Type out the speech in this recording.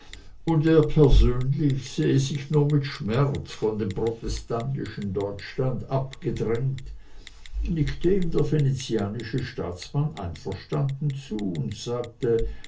und er persönlich sehe sich nur mit schmerz von dem protestantischen deutschland abgedrängt nickte ihm der venezianische staatsmann einverstanden zu und sagte